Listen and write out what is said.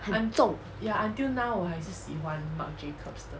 很重